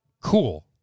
cool